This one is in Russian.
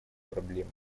проблемы